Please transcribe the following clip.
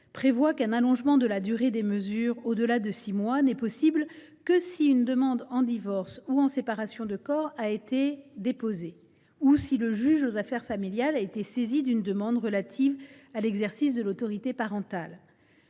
prévoit qu’un allongement de la durée des mesures au delà des six mois n’est possible que si une demande en divorce ou en séparation de corps a été déposée ou si le juge aux affaires familiales a été saisi d’une demande relative à l’exercice de l’autorité parentale,